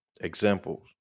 examples